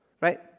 right